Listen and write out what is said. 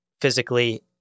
physically